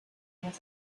with